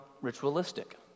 ritualistic